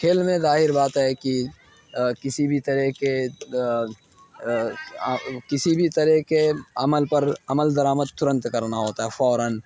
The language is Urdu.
کھیل میں ظاہر بات ہے کہ کسی بھی طرح کے کسی بھی طرح کے عمل پر عمل درآمد ترنت کرنا ہوتا ہے فوراً